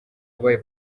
wabaye